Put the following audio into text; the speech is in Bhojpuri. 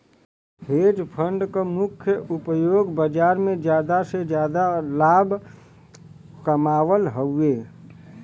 हेज फण्ड क मुख्य उपयोग बाजार में जादा से जादा लाभ कमावल हउवे